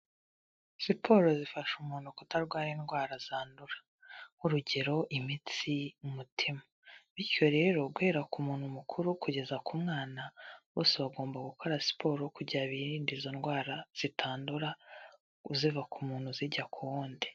Siporo zifasha umuntu kutarwara indwara zandura, urugero imitsi, umutima, bityo rero guhera ku muntu mukuru kugeza ku mwana bose bagomba gukora siporo kugira birinde izo ndwara zitandura ziva ku muntu zijya ku wundi.